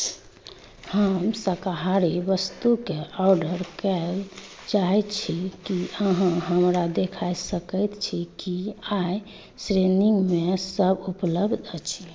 हम शाकाहारी वस्तुके ऑर्डर करय चाहै छी की अहाँ हमरा देखाय सकैत छी कि अइ श्रेणीमे की सब उपलब्ध अछि